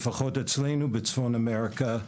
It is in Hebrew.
לפחות אצלנו בצפון אמריקה,